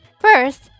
First